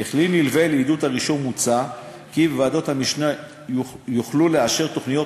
ככלי נלווה לעידוד הרישום מוצע כי ועדות המשנה יוכלו לאשר תוכניות